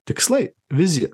tikslai vizija